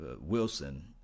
Wilson